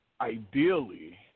ideally